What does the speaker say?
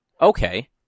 Okay